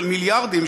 של מיליארדים,